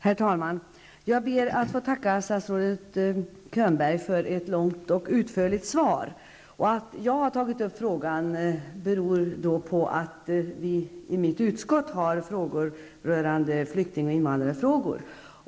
Herr talman! Jag ber att få tacka statsrådet Könberg för ett långt och utförligt svar. Att jag har tagit upp frågan beror på att vi i mitt utskott behandlar flykting och invandrarfrågor.